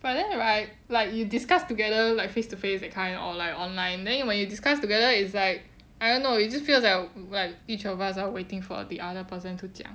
but then right like you discuss together like face to face that kind or like online then when you discuss together it's like I don't know it just feels like where each of us are waiting for the other person to 讲